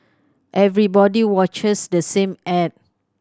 everybody watches the same ad